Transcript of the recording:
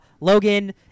Logan